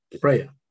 Prayer